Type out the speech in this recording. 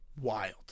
Wild